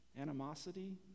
animosity